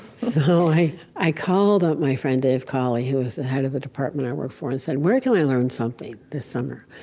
so i i called up my friend dave colley, who was the head of the department i worked for, and said, where can i learn something this summer?